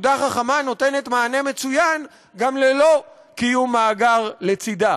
תעודה חכמה נותנת מענה מצוין גם ללא קיום מאגר לצדה.